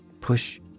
Push